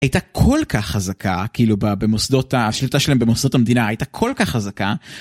הייתה כל כך חזקה כאילו במוסדות השליטה שלהם במוסדות המדינה הייתה כל כך חזקה